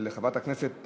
הצעת חוק התקשורת (בזק ושידורים) (תיקון,